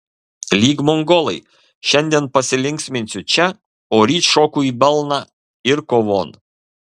lyg mongolai šiandien pasilinksminsiu čia o ryt šoku į balną ir kovon